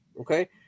Okay